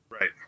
right